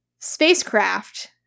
Spacecraft